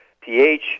pH